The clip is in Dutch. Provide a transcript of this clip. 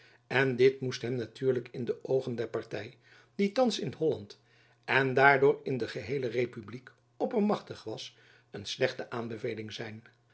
en dit moest hem natuurlijk in de oogen der party die thands in holland en daardoor in de geheele republiek oppermachtig was een slechte aanbeveling zijn